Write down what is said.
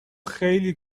خیلی